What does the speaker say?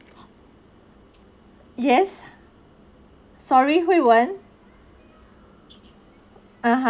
yes sorry hui wen (uh huh)